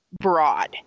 broad